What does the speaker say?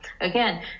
Again